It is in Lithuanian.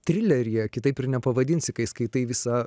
trileryje kitaip ir nepavadinsi kai skaitai visą